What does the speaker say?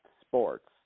sports